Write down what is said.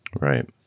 Right